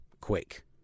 quick